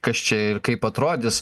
kas čia ir kaip atrodys